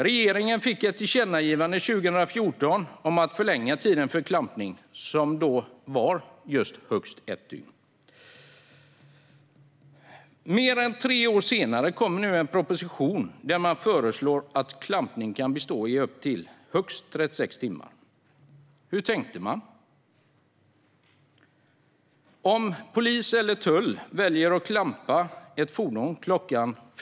Regeringen fick ett tillkännagivande 2014 om att förlänga tiden för klampning, som då var just högst ett dygn. Mer än tre år senare föreslås nu i en proposition att klampning kan bestå i upp till högst 36 timmar. Hur tänkte man här? Om polis eller tull väljer att klampa ett fordon kl.